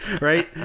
right